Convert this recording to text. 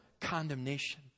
condemnation